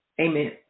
Amen